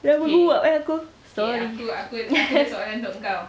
dah menguap eh aku sorry